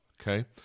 okay